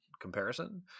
comparison